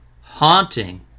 haunting